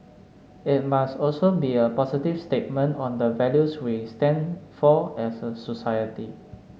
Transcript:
it must also be a positive statement on the values we stand for as a society